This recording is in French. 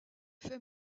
fait